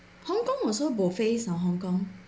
hong kong also bo phase hor hong kong